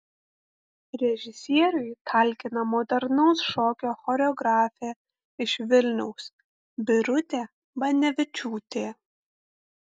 režisieriui talkina modernaus šokio choreografė iš vilniaus birutė banevičiūtė